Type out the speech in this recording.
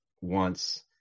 wants